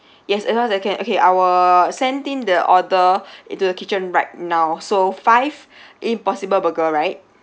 yes of course I can okay I will send in the order into the kitchen right now so five impossible burger right